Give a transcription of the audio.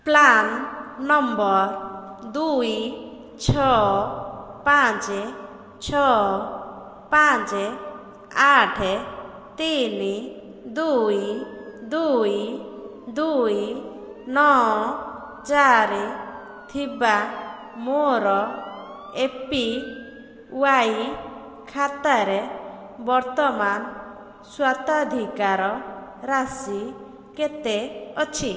PRAN number ଦୁଇ ଛଅ ପାଞ୍ଚେ ଛଅ ପାଞ୍ଚେ ଆଠେ ତିନି ଦୁଇ ଦୁଇ ଦୁଇ ନଅ ଚାରି ଥିବା ମୋର ଏ ପି ୱାଇ ଖାତାରେ ବର୍ତ୍ତମାନ ସ୍ୱତ୍ୱାଧିକାର ରାଶି କେତେ ଅଛି